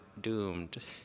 doomed